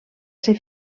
ser